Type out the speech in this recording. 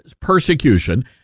persecution